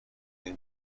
عاشق